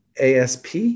asp